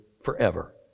forever